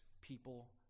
people